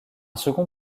second